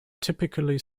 typically